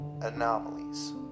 anomalies